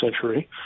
century